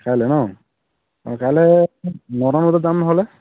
কাইলৈ ন অঁ কাইলৈ নটামান বজাত যাম নহ'লে